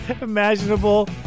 imaginable